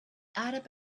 arab